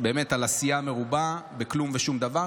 על עשייה מרובה בכלום ושום דבר,